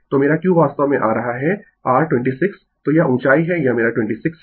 तो मेरा q वास्तव में आ रहा है r26 तो यह ऊंचाई है यह मेरा 26 है